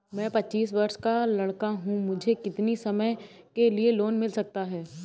मैं पच्चीस वर्ष का लड़का हूँ मुझे कितनी समय के लिए लोन मिल सकता है?